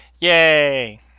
Yay